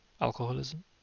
Alcoholism